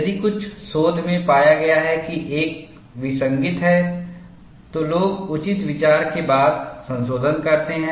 यदि कुछ शोध में पाया गया है कि एक विसंगति है तो लोग उचित विचार के बाद संशोधन करते हैं